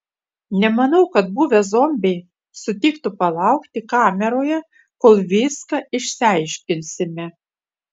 nemanau kad buvę zombiai sutiktų palaukti kameroje kol viską išsiaiškinsime